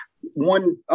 One